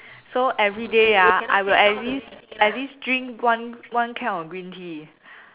so everyday ah I will at least at least drink one one can of green tea